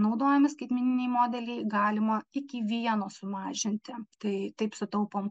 naudojami skaitmeniniai modeliai galima iki vieno sumažinti tai taip sutaupom